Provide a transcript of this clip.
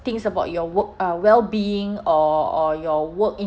thinks about your work uh well being or or your work